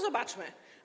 Zobaczmy.